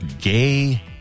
gay